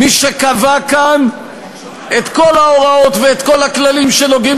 מי שקבע כאן את כל ההוראות ואת כל הכללים שנוגעים